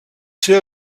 ser